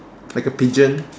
like a pigeon